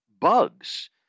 bugs